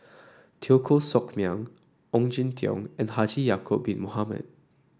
Teo Koh Sock Miang Ong Jin Teong and Haji Ya'acob Bin Mohamed